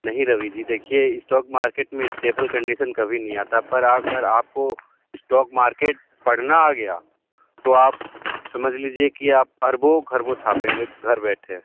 नहीं रवि जी देखिए stock market में स्टेबल कंडिशन कभी नहीं आता पर आप अगर आपको स्टॉक मार्केट पढ़ना आ गया तो आप समझ लीजिए कि आप अरबों खरबों छापेंगे घर बैठे